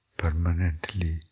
permanently